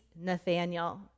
Nathaniel